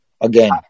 again